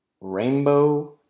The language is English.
Rainbow